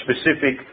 specific